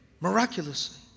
miraculously